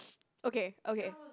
okay okay